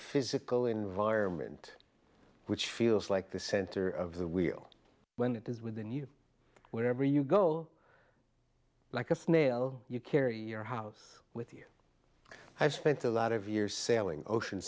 physical environment which feels like the center of the wheel when it is within you wherever you go like a snail you carry your house with you i spent a lot of years sailing ocean